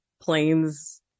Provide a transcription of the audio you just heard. planes